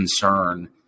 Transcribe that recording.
concern